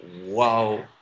Wow